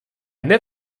nef